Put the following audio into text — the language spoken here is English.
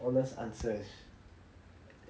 honest answer